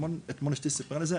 אתמול אשתי סיפרה לי את זה,